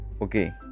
Okay